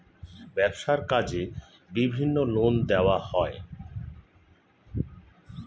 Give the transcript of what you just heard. ব্যবসার কাজে বিভিন্ন লোন দেওয়া হয়